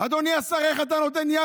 אדוני השר, איך אתה נותן יד?